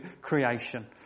creation